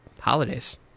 holidays